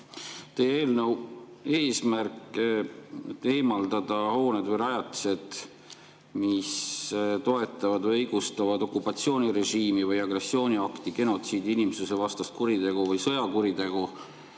Teie eelnõu eesmärk – eemaldada hooned või rajatised, mis toetavad või õigustavad okupatsioonirežiimi või agressiooniakti, genotsiidi, inimsusevastast kuritegu või sõjakuritegu